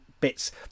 bits